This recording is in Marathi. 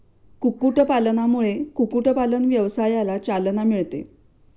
कुक्कुटपालनामुळे कुक्कुटपालन व्यवसायाला चालना मिळते